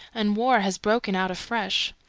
and war has broken out afresh.